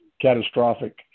catastrophic